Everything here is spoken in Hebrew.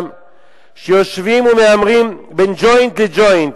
שיושבים ומהמרים בין ג'וינט לג'וינט